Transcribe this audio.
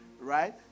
Right